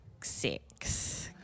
six